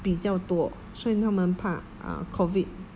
比较多所以他们怕 uh COVID